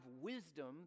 wisdom